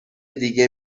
دیگه